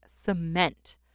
cement